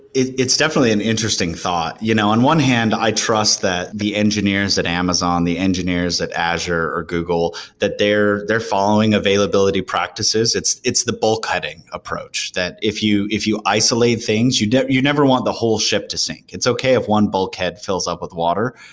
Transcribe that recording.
it's it's definitely an interesting thought. you know on one hand, i trust that the engineers at amazon, the engineers at azure or google, that they're they're following availability practices. it's it's the bulkheading approach, that if you if you isolate things, you never want the whole ship to sink. it's okay if one bulkhead fills up with water.